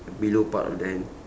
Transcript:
below part of the hand